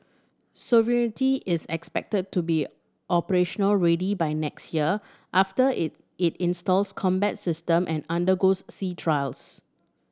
sovereignty is expected to be operational ready by next year after it it installs combat system and undergoes sea trials